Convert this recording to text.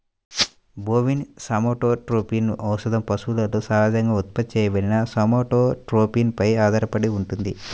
bovine somatotropin ఔషధం పశువులలో సహజంగా ఉత్పత్తి చేయబడిన సోమాటోట్రోపిన్ పై ఆధారపడి ఉంటుంది